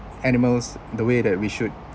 animals the way that we should